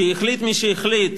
כי החליט מי שהחליט